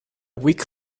week